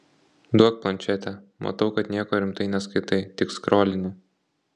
duok plančetę matau kad nieko rimtai neskaitai tik skrolini